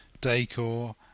decor